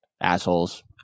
Assholes